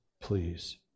Please